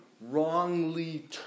wrongly